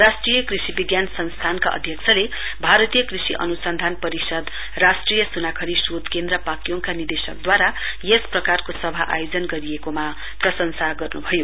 राष्ट्रिय कृषि विज्ञान संस्थानका अध्यक्षले भारतीय कृषि अनुसन्धान परिषद राष्ट्रिय सुनाखरी शोध केन्द्र पाक्योङका निदेशकद्वारा यस प्रकारको सभा आयोजन गरिएकोमा प्रशंसा गर्नुभयो